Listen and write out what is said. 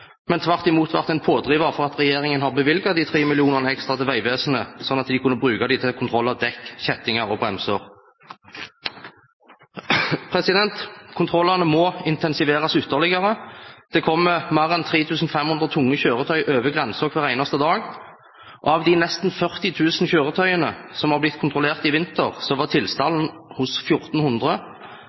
men tvert imot vært en pådriver for at regjeringen har bevilget 3 mill. kr ekstra til Vegvesenet, slik at de kunne bruke dem til kontroll av dekk, kjettinger og bremser. Kontrollene må intensiveres ytterligere. Det kommer mer enn 3 500 tunge kjøretøy over grensen hver eneste dag. Av de nesten 40 000 kjøretøyene som har blitt kontrollert i vinter, var tilstanden hos